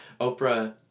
Oprah